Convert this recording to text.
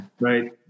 right